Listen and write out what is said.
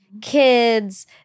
Kids